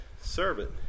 servant